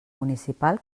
municipal